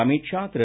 Amit Shah Thiru